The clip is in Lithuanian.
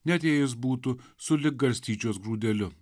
net jei jis būtų sulig garstyčios grūdeliu